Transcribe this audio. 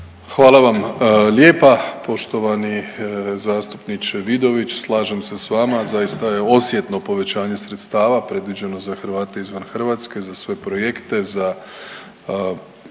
Hvala vam lijepa poštovani zastupniče Vidović. Slažem se s vama, zaista je osjetno povećanje sredstava predviđeno za Hrvate izvan Hrvatske, za sve projekte, za